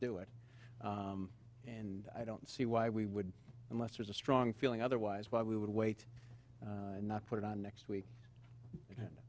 do it and i don't see why we would unless there's a strong feeling otherwise why we would wait and not put it on next week